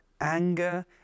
anger